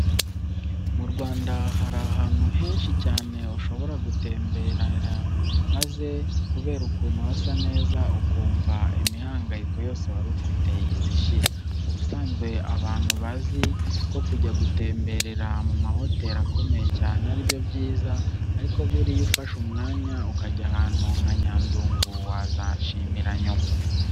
Mu Rwanda hari ahantu henshi cyane ushobora gutemberera maze kubera ukuntu hasa neza ukumva imihangayiko yose wari ufite ihise ishira. Ubusanzwe abantu bazi ko kujya gutemberera mu mahoteri akomeye cyane ari byo byiza ariko buriya ufashe umwanya ukajya ahantu nka Nyandungu wazanshimira nyuma.